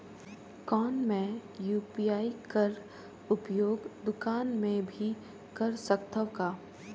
कौन मै यू.पी.आई कर उपयोग दुकान मे भी कर सकथव का?